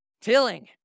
tilling